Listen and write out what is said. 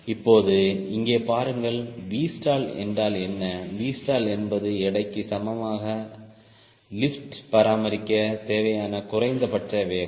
இப்போது இங்கே பாருங்கள் Vstall என்றால் என்ன Vstall என்பது எடைக்கு சமமாக லிப்ட் பராமரிக்க தேவையான குறைந்தபட்ச வேகம்